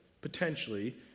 potentially